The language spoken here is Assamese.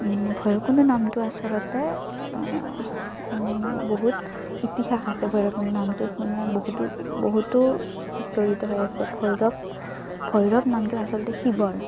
ভৈৰৱকুণ্ড নামটো আচলতে বহুত ইতিহাস আছে ভৈৰৱকুণ্ড নামটোত মানে বহুতো বহুতো জড়িত হৈ আছে ভৈৰৱ ভৈৰৱ নামটো আচলতে শিৱৰ